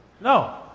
No